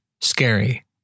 scary